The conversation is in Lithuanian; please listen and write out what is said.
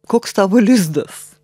koks tavo lizdas